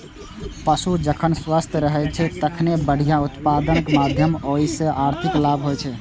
पशु जखन स्वस्थ रहै छै, तखने बढ़िया उत्पादनक माध्यमे ओइ सं आर्थिक लाभ होइ छै